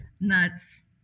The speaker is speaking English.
Nuts